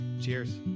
Cheers